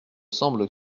semble